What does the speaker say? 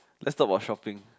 let's talk about shopping